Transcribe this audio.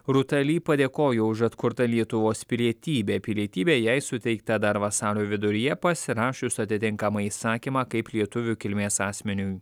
rūta lee padėkojo už atkurtą lietuvos pilietybę pilietybė jai suteikta dar vasario viduryje pasirašius atitinkamą įsakymą kaip lietuvių kilmės asmeniui